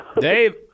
Dave